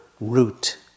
root